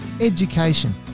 education